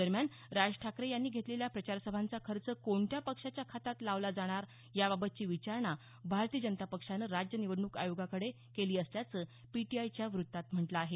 दरम्यान राज ठाकरे यांनी घेतलेल्या प्रचारसभांचा खर्च कोणत्या पक्षाच्या खात्यात लावला जाणार याबाबतची विचारणा भारतीय जनता पक्षानं राज्य निवडणूक आयोगाकडं केली असल्याचं पीटीआयच्या वृत्तात म्हटलं आहे